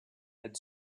had